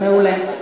מעולה.